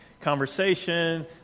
conversation